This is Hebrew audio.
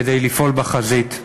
כדי לפעול בחזית.